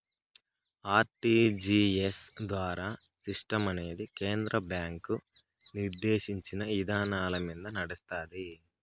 RTGS ద్వారా సిస్టమనేది కేంద్ర బ్యాంకు నిర్దేశించిన ఇదానాలమింద నడస్తాంది